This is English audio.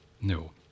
No